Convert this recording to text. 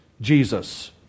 Jesus